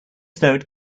snow